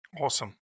Awesome